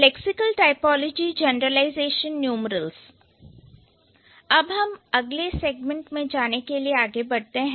अब हम अगले सेगमेंट में जाने के लिए आगे बढ़ते हैं